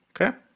Okay